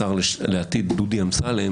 השר לעתיד דוד אמסלם,